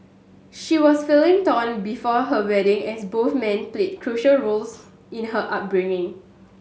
she was feeling torn before her wedding as both men played crucial roles in her upbringing